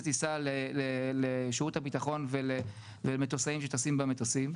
טיסה לשירות הבטחון ומטוסאים שטסים במטוסים.